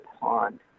pond